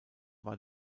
war